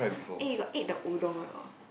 eh you got ate the udon or not